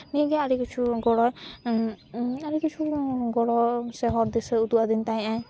ᱱᱤᱭᱟᱹᱜᱮ ᱟᱹᱰᱤ ᱠᱤᱪᱷᱩ ᱜᱚᱲᱚ ᱟᱹᱰᱤ ᱠᱤᱪᱷᱩ ᱜᱚᱲᱚ ᱥᱚᱦᱚᱫ ᱫᱤᱥᱟᱹ ᱩᱫᱩᱜ ᱟᱹᱫᱤᱧ ᱛᱟᱦᱮᱸᱜ ᱟᱭ